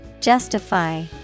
Justify